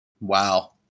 Wow